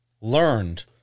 learned